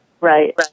Right